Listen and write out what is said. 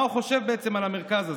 מה הוא חושב בעצם על המרכז הזה: